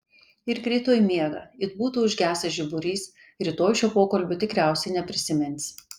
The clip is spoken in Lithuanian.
ir krito į miegą it būtų užgesęs žiburys rytoj šio pokalbio tikriausiai neprisimins